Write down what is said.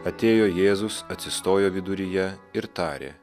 atėjo jėzus atsistojo viduryje ir tarė